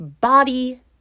body